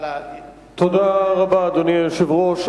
תודה רבה, אדוני היושב-ראש.